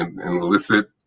illicit